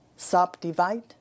Subdivide